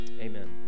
Amen